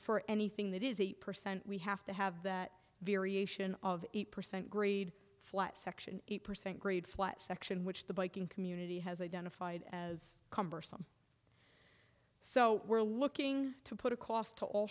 for anything that is eight percent we have to have that variation of eight percent grade flat section eight percent grade flat section which the biking community has identified as cumbersome so we're looking to put a cost at a